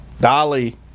dolly